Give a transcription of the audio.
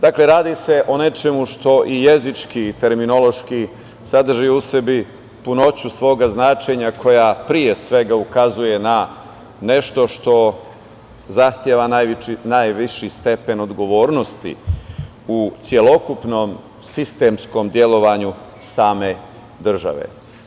Dakle, radi se o nečemu što i jezički i terminološki sadrži u sebi punoću svoga značenja koja, pre svega, ukazuje na nešto što zahteva najviši stepen odgovornosti u celokupnom sistemskom delovanju same države.